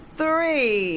three